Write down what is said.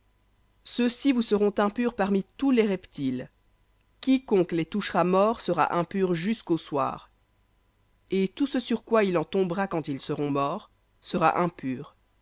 ceux-ci vous seront impurs parmi tous les reptiles quiconque les touchera morts sera impur jusqu'au soir et tout ce sur quoi il en tombera quand ils seront morts sera impur